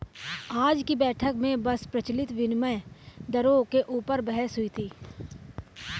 आज की बैठक में बस प्रचलित विनिमय दरों के ऊपर बहस हुई थी